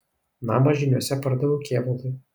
namą žyniuose pardaviau kėvalui